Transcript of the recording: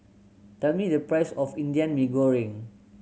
tell me the price of Indian Mee Goreng